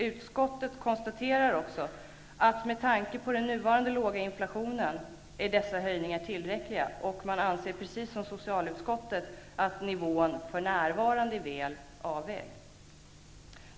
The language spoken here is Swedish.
Utskottet konstaterar också att dessa höjningar är tillräckliga med tanke på den nuvarande låga inflationen. Man anser precis som socialutskottet att nivån för närvarande är väl avvägd.